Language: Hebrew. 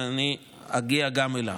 ואני אגיע גם אליו.